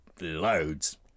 loads